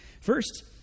First